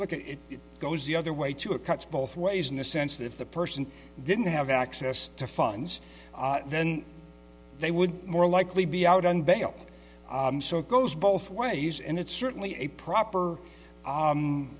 nonny it goes the other way too it cuts both ways in the sense that if the person didn't have access to funds then they would more likely be out on bail so it goes both ways and it's certainly a proper